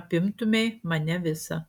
apimtumei mane visą